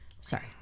Sorry